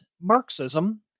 Marxism